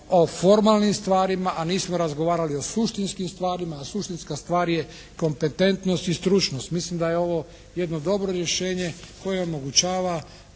o formalnim stvarima, a nismo razgovarali o suštinskim stvarima. A suštinska stvar je kompetentnost i stručnost. Mislim da je ovo jedno dobro rješenje koje omogućava